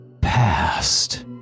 Past